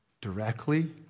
directly